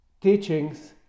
teachings